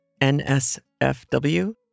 NSFW